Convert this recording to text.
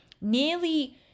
nearly